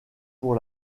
pour